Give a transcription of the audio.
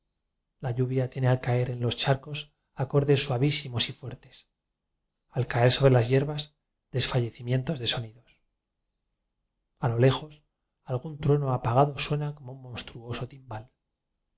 la lluvia tiene al caer en los charcos acordes suavísimos y fuertes al caer sobre las hierbas desfallecimientos de sonidos a lo lejos algún trueno apagado suena como un monstruoso timbal